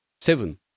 seven